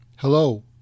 Hello